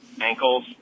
ankles